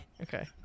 Okay